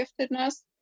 giftedness